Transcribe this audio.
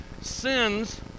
sins